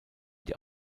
die